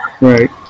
Right